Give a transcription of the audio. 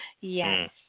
Yes